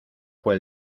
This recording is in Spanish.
fue